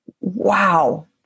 Wow